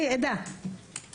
אני עדה.